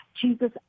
Jesus